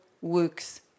works